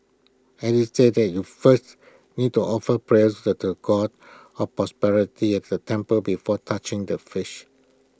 alice said you first need to offer prayers to the God of prosperity at the temple before touching the fish